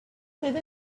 through